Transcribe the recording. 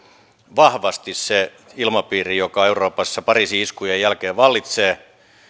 vahvasti se ilmapiiri joka euroopassa pariisin iskujen jälkeen vallitsee